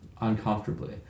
uncomfortably